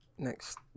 next